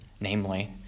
namely